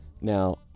Now